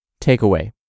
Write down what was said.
Takeaway